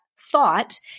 thought